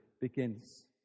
begins